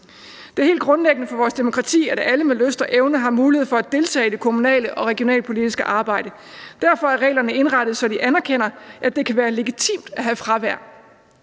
Det er helt grundlæggende for vores demokrati, at alle med lyst og evne har mulighed for at deltage i det kommunal- og regionalpolitiske arbejde. Derfor er reglerne indrettet, så de anerkender, at det kan være legitimt at have fravær,